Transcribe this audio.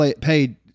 paid